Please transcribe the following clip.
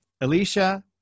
Alicia